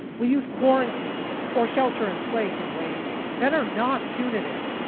we use quarantine or shelter in place in ways that are not punitive.